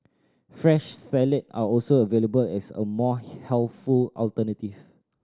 fresh salad are also available as a more healthful alternative